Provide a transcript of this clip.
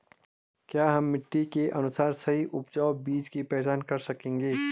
क्या हम मिट्टी के अनुसार सही उपजाऊ बीज की पहचान कर सकेंगे?